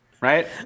right